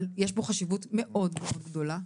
אבל יש פה חשיבות מאוד גדולה,